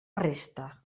resta